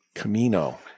Camino